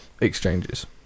exchanges